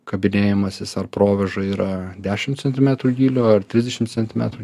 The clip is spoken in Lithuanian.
kabinėjimasis ar proverža yra dešim centimetrų gylio ar trisdešim centimetrų